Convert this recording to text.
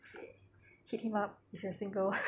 okay check him out if you're single